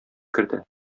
керде